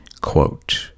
Quote